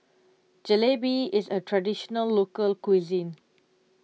Jalebi is a Traditional Local Cuisine